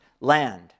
land